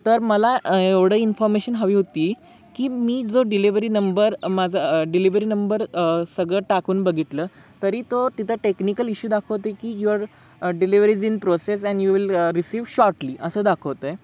तर मला एवढं इन्फॉमेशन हवी होती की मी जो डिलेवरी नंबर माझा डिलिव्हरी नंबर सगळं टाकून बघितलं तरी तो तिथं टेक्निकल इश्यू दाखवते की your delivery is in process and you will receive shortly असं दाखवतं आहे